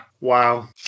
Wow